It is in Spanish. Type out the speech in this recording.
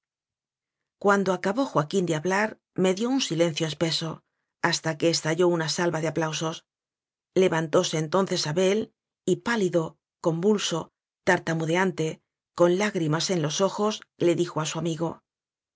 cuando acabó joaquín de hablar medió un silencio espeso hasta que estalló una salva de aplausos levantóse entonces abel y pá lido convulso tartamudeante con lágrimas eh los ojos le dijo a su amigo